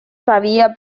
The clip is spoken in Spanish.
había